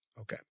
Okay